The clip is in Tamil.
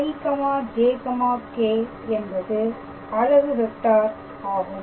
ijk̂ என்பது அலகு வெக்டார் ஆகும்